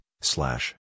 Slash